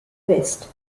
west